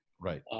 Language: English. Right